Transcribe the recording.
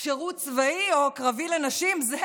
שירות צבאי או קרבי לנשים, זה,